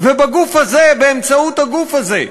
ובגוף הזה, באמצעות הגוף הזה,